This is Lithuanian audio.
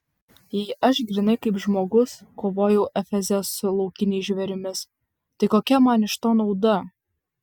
jei aš grynai kaip žmogus kovojau efeze su laukiniais žvėrimis tai kokia man iš to nauda